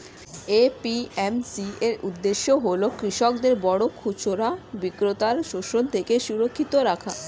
APMC এর উদ্দেশ্য হল কৃষকদের বড় খুচরা বিক্রেতার শোষণ থেকে সুরক্ষিত রাখা